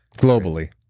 globally.